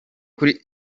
kuri